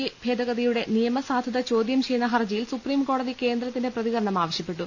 A ഭേദഗതി യുടെ നിയമ സാധുത ചോദ്യം ചെയ്യുന്ന ഹർജിയിൽ സുപ്രീംകോ ടതി കേന്ദ്രത്തിന്റെ പ്രതികരണം ആവശ്യപ്പെട്ടു